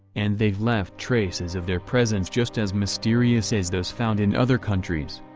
and they've left traces of their presence just as mysterious as those found in other countries.